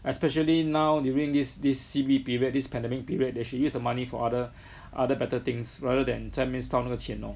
especially now during this this C_B period this pandemic period they should use the money for other other better things rather than 在那边烧那个钱 lor